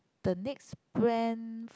the next plan